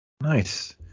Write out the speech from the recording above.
nice